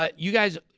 ah you guys,